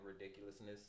ridiculousness